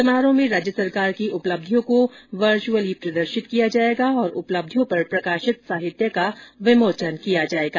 समारोह में राज्य सरकार की उपलब्धियों को वर्चुअल तरीके से प्रदर्शित किया जाएगा और उपलब्धियों पर प्रकाशित साहित्य का विमोचन किया जाएगा